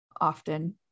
often